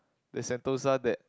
there's Sentosa that